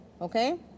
Okay